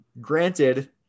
Granted